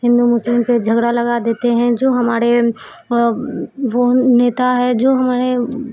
ہندو مسلم پہ جھگڑا لگا دیتے ہیں جو ہمارے وہ نیتا ہے جو ہمارے